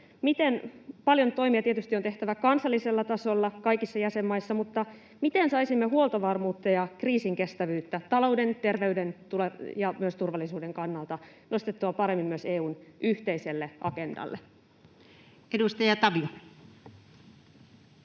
Paljon toimia tietysti on tehtävä kansallisella tasolla kaikissa jäsenmaissa, mutta miten saisimme huoltovarmuutta ja kriisinkestävyyttä talouden, terveyden ja myös turvallisuuden kannalta nostettua paremmin myös EU:n yhteiselle agendalle? Edustaja Tavio.